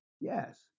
yes